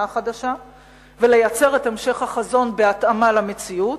החדשה ולייצר את המשך החזון בהתאמה למציאות,